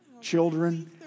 Children